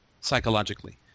psychologically